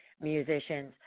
musicians